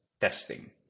testing